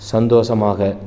சந்தோஷமாக